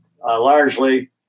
largely